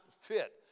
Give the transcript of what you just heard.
fit